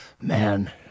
man